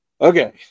okay